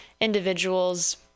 individual's